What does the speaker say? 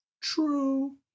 True